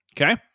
okay